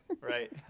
right